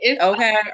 Okay